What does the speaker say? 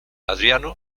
adriano